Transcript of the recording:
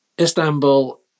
Istanbul